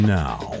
now